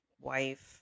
wife